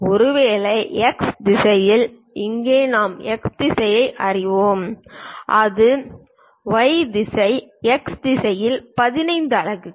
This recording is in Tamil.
ஒருவேளை எக்ஸ் திசையில் இங்கே நாம் எக்ஸ் திசையை அறிவோம் அது ஒய் திசை எக்ஸ் திசையில் 15 அலகுகள்